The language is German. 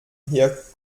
hier